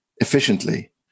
efficiently